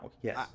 yes